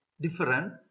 different